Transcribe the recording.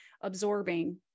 absorbing